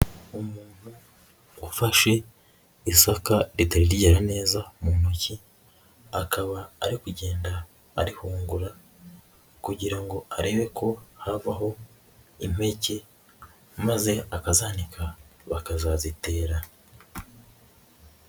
Umuntu ufashe isaka ritari ryera neza mu ntoki, akaba ari kugenda arihungura kugira ngo arebe ko havaho impeke maze akazanika bakazazitera.